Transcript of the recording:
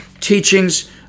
teachings